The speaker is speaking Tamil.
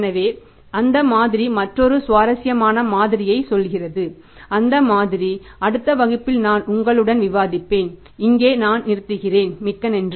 எனவே அந்த மாதிரி மற்றொரு சுவாரஸ்யமான மாதிரியைச் சொல்கிறது அந்த மாதிரி அடுத்த வகுப்பில் நான் உங்களுடன் விவாதிப்பேன் நான் இங்கே நிறுத்துகிறேன் மிக்க நன்றி